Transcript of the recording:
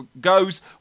goes